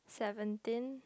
seventeen